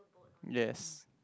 yes